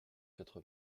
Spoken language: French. quatre